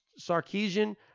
Sarkeesian